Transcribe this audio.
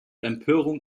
empörung